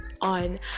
on